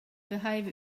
behave